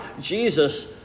Jesus